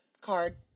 card